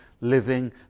living